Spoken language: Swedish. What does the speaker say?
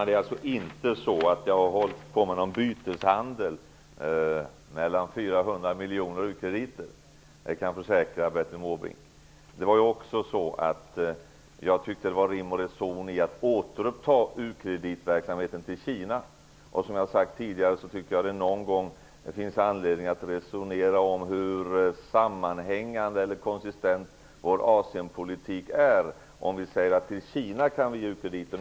Herr talman! Jag har inte hållit på med någon byteshandel med 400 miljoner och u-krediter. Det kan jag försäkra Bertil Måbrink. Jag tyckte att det var rim och reson i att återuppta ukreditverksamheten till Kina. Som jag har sagt tidigare tycker jag att det finns anledning att någon gång resonera om hur sammanhängande eller konsistent vår Asienpolitik är om vi säger att vi kan ge u-krediter till Kina.